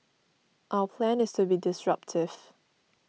our plan is to be disruptive